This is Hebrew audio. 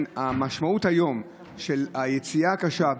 המשמעות היום של היציאה הקשה,